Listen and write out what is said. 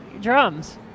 drums